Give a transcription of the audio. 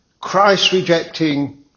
Christ-rejecting